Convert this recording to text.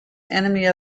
enemy